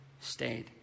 stayed